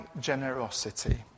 generosity